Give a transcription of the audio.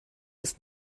ist